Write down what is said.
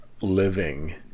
living